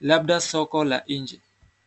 labda soko la nje.